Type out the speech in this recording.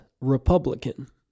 Republican